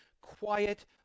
quiet